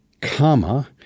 comma